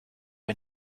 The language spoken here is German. ein